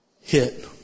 hit